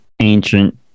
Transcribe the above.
ancient